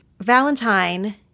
Valentine